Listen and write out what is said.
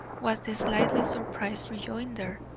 was the slightly surprised rejoinder,